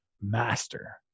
master